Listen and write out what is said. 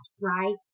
right